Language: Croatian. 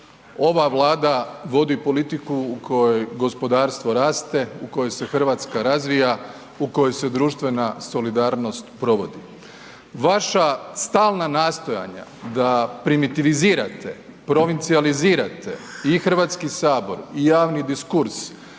ova Vlada vodi politiku u kojoj gospodarstvo raste, u kojoj se Hrvatska razvija, u kojoj se društvena solidarnost provodi. Vaša stalna nastojanja da primitivizirate, provincijalizirate i Hrvatski sabor i javni diskurs